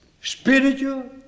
Spiritual